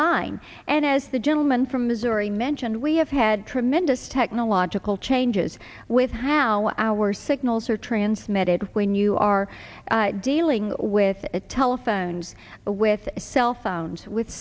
mind and as the gentleman from missouri mentioned we have had tremendous technological changes with how our signals are transmitted when you are dealing with the telephones with cell phones with